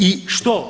I što?